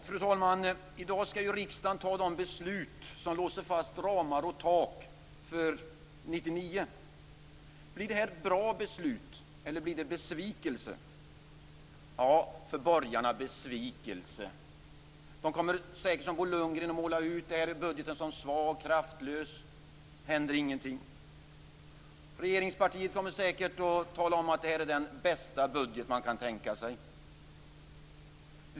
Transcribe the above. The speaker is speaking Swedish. Fru talman! I dag skall riksdagen fatta de beslut som låser fast utgiftsramar och tak för 1999. Blir detta ett bra beslut, eller blir det besvikelse? Ja, för borgarna blir det besvikelse. De kommer säkert, som Bo Lundgren, att måla ut budgeten som svag och kraftlös, att ingenting händer. Regeringspartiet kommer säkert att tala om att det här är den bästa budget man kan tänka sig.